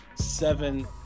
seven